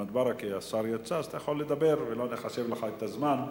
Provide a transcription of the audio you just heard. השר יצא, אתה יכול לדבר ולא נחשב את הזמן.